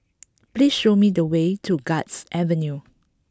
please show me the way to Guards Avenue